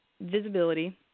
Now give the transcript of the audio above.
visibility